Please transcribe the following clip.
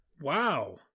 Wow